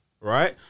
Right